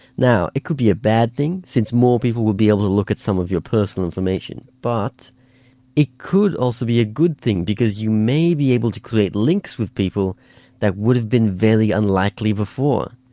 it could be a bad thing, since more people will be able to look at some of your personal information. but it could also be a good thing because you may be able to create links with people that would have been very unlikely before.